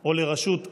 או של רשות אחרת,